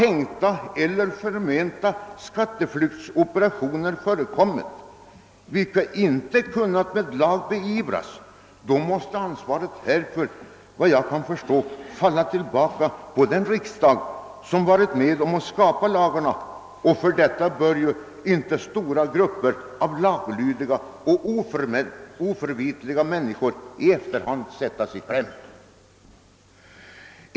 Om sådana förmenta skatteflyktsoperationer förekommit, vilka inte genom lag kunnat förhindras, måste ansvaret härför enligt vad jag kan förstå falla på den riksdag som varit med om att skapa lagarna. För detta bör inte stora grupper av laglydiga och oförvitliga människor i efterhand sättas i kläm.